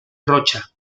rocha